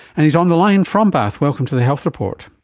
and his on the line from bath. welcome to the health report.